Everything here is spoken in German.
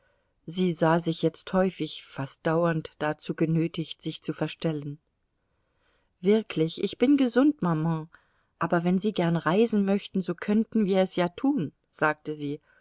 sie sah sich jetzt häufig fast dauernd dazu genötigt sich zu verstellen wirklich ich bin gesund maman aber wenn sie gern reisen möchten so könnten wir es ja tun sagte sie